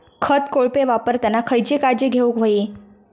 खत कोळपे वापरताना खयची काळजी घेऊक व्हयी?